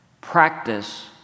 Practice